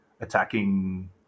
attacking